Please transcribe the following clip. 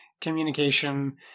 communication